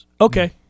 Okay